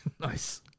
Nice